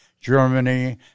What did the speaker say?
Germany